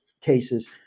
cases